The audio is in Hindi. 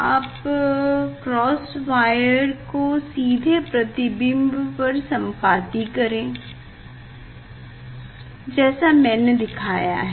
आप क्रॉस वायर को अब सीधे प्रतिबिंब पर संपाती करें जैसा मैने दिखाया है